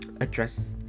address